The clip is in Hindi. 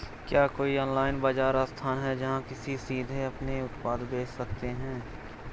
क्या कोई ऑनलाइन बाज़ार स्थान है जहाँ किसान सीधे अपने उत्पाद बेच सकते हैं?